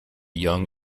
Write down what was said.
young